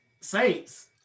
Saints